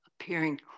appearing